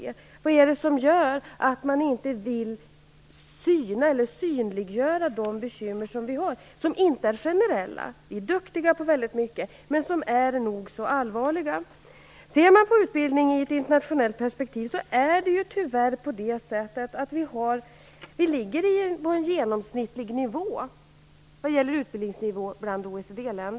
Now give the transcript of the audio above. Vad är det som gör att man inte vill synliggöra de bekymmer som vi har, som inte är generella - vi är duktiga på väldigt mycket - men som är nog så allvarliga. Ser man på utbildning i ett internationellt perspektiv finner man att vi i förhållande till OECD länderna ligger på en genomsnittlig nivå vad gäller utbildning.